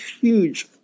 huge